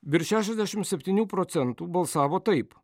virš šešiasdešim septynių procentų balsavo taip